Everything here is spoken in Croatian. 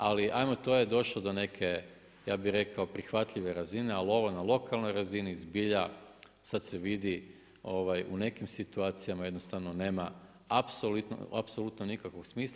Ali hajmo to je došlo do neke ja bih rekao prihvatljive razine, ali ovo na lokalnoj razini zbilja sad se vidi u nekim situacijama jednostavno nema apsolutno nikakvog smisla.